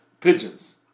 pigeons